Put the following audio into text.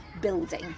building